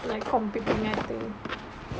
like computer mapping